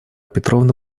петровна